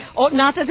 or not